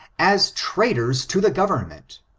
as traitors to the government,